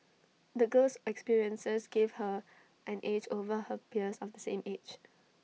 the girl's experiences gave her an edge over her peers of the same age